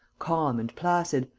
calm and placid,